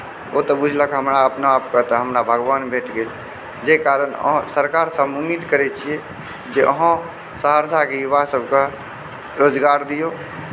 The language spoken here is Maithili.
ओ तऽ बुझलक हमरा अपना तऽ भगवान भेट गेल जाहि कारण हम सरकारसँ उम्मीद करै छी जे अहाँ सहरसाके युवा सभके रोजगार दिऔ